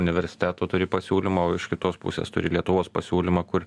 universiteto turi pasiūlymą iš kitos pusės turi lietuvos pasiūlymą kur